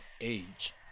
age